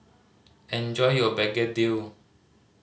enjoy your begedil